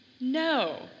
No